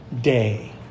day